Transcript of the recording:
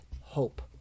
hope